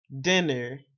dinner